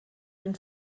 den